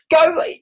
go